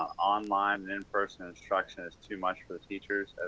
online and in-personal instruction is too much for the teachers.